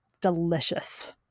Delicious